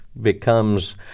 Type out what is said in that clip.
becomes